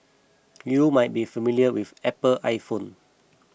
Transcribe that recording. you might be familiar with Apple iPhone